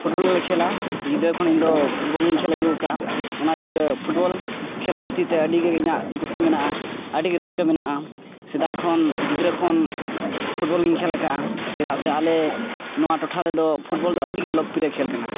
ᱜᱮᱞᱮ ᱠᱷᱮᱹᱞᱟ ᱜᱤᱫᱽᱨᱟᱹ ᱠᱷᱚᱱ ᱤᱧᱫᱚ ᱜᱮᱧ ᱠᱷᱮᱹᱞ ᱟᱹᱜᱩ ᱟᱠᱟᱫᱟ ᱚᱱᱟ ᱪᱮᱠᱟ ᱠᱷᱮᱹᱞ ᱯᱨᱚᱛᱤᱛᱮ ᱟᱹᱰᱤᱜᱮ ᱤᱧᱟᱹᱜ ᱠᱩᱥᱤ ᱢᱮᱱᱟᱜᱼᱟ ᱟᱹᱰᱤᱜᱮ ᱨᱟᱹᱥᱠᱟᱹ ᱢᱮᱱᱟᱜᱼᱟ ᱥᱮᱫᱟᱭ ᱠᱷᱚᱱ ᱜᱤᱫᱽᱨᱟᱹ ᱠᱷᱚᱱ ᱜᱮᱧ ᱠᱷᱮᱹᱞ ᱟᱠᱟᱫᱼᱟ ᱪᱮᱫᱟᱜ ᱥᱮ ᱟᱞᱮ ᱱᱚᱣᱟ ᱴᱚᱴᱷᱟ ᱨᱮᱫᱚ ᱫᱚ ᱟᱹᱰᱤᱜᱮ ᱞᱳᱠᱯᱨᱤᱭᱚ ᱠᱷᱮᱹᱞ ᱠᱟᱱᱟ